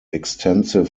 extensive